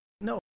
no